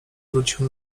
wrócił